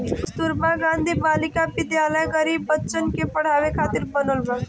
कस्तूरबा गांधी बालिका विद्यालय गरीब बच्चन के पढ़ावे खातिर बनल बा